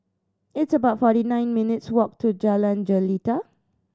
it's about forty nine minutes' walk to Jalan Jelita